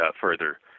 further